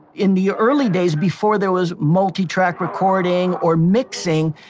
in the early days before there was multi-track recording or mixing,